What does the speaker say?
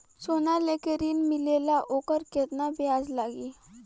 सोना लेके ऋण मिलेला वोकर केतना ब्याज लागी?